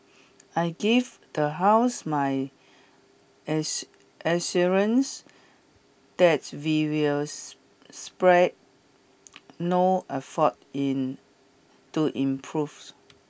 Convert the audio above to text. I give the House my assurance that we will spare no effort in to improves